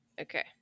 Okay